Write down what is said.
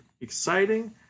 exciting